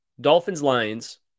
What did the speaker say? Dolphins-Lions